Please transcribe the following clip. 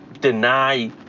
deny